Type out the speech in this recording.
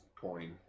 coin